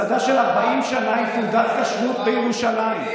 מסעדה של 40 שנה עם תעודת כשרות בירושלים,